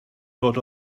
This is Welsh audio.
dod